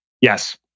Yes